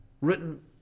written